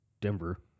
Denver